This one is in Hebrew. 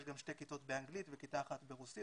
יש גם שתי כיתות באנגלית וכיתה אחת ברוסית,